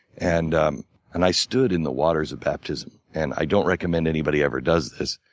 and um and i stood in the waters of baptism. and i don't recommend anybody ever does this,